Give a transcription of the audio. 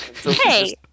Hey